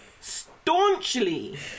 staunchly